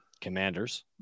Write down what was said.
Commanders